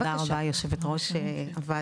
תודה רבה יושבת ראש הוועדה,